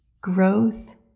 growth